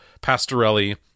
Pastorelli